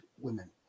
women